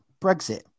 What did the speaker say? Brexit